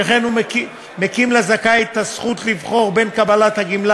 שכן הוא מקים לזכאי את הזכות לבחור בין קבלת הגמלה